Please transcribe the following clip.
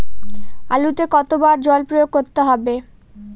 আলুতে কতো বার জল প্রয়োগ করতে হবে?